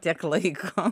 tiek laiko